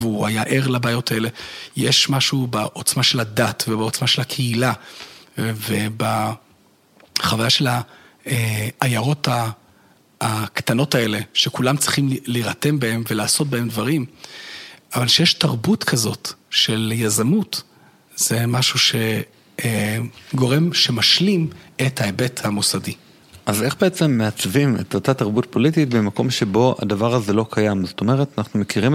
והוא היה ער לבעיות האלה, יש משהו בעוצמה של הדת ובעוצמה של הקהילה ובחוויה של העיירות הקטנות האלה, שכולם צריכים להירתם בהם ולעשות בהם דברים, אבל שיש תרבות כזאת של יזמות, זה משהו שגורם, שמשלים את ההיבט המוסדי. אז איך בעצם מעצבים את אותה תרבות פוליטית במקום שבו הדבר הזה לא קיים? זאת אומרת, אנחנו מכירים את זה.